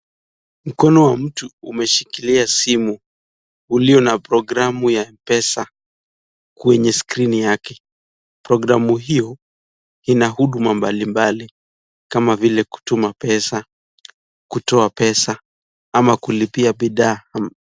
Mkono wa mtu umeshikilia simu uliyo na programu ya pesa kwenye skrini yake, programu hiyo ina huduma mbalimbali kama vile kutuma pesa na kutoa pesa ama kulipia bidhaa.